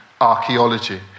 archaeology